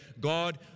God